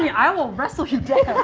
yeah i will wrestle you